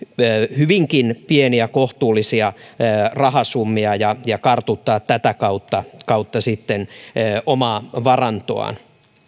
hyvinkin pieniä kohtuullisia rahasummia ja ja kartuttaa tätä kautta kautta sitten omaa varantoaan